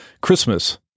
Christmas